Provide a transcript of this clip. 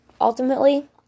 Ultimately